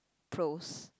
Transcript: pros